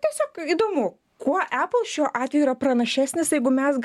tiesiog įdomu kuo apple šiuo atveju yra pranašesnis jeigu mes